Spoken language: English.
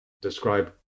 describe